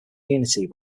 unity